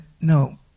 no